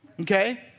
okay